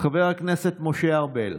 חבר הכנסת משה ארבל,